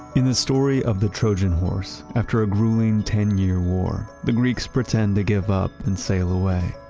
in the story of the trojan horse, after a grueling ten year war, the greeks pretend to give up and sail away,